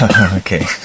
Okay